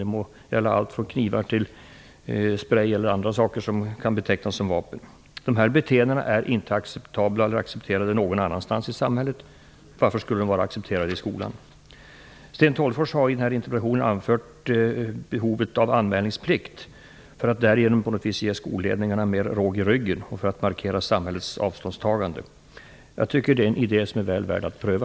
Det må gälla allt från knivar till sprej eller andra saker som kan betecknas som vapen. Detta är inte accepterat någon annanstans i samhället. Varför skulle det vara accepterat i skolan? Sten Tolgfors har i denna interpellation anfört behovet av en anmälningsplikt för att skolledningarna därigenom skall få mera råg i ryggen och för att samhällets avståndstagande skall markeras. Jag tycker att det är en idé som är väl värd att pröva.